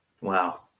wow